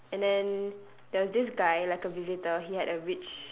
and then there's this guy like a visitor he had a rich